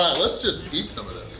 let's just eat some of